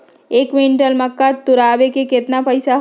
एक क्विंटल मक्का तुरावे के केतना पैसा होई?